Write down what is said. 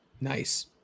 Nice